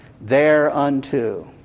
thereunto